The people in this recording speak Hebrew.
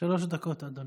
שלוש דקות, אדוני.